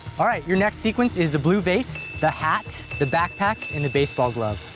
all right, your next sequence is the blue vase, the hat, the backpack and the baseball glove.